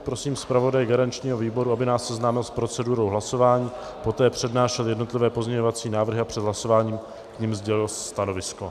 Prosím zpravodaje garančního výboru, aby nás seznámil s procedurou hlasování, poté přednášel jednotlivé pozměňovací návrhy a před hlasováním k nim sdělil stanovisko.